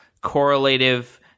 correlative